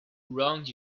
wronged